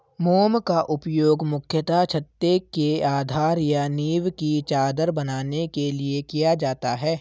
मोम का उपयोग मुख्यतः छत्ते के आधार या नीव की चादर बनाने के लिए किया जाता है